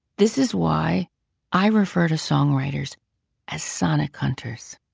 this is why i refer to songwriters as sonic hunters.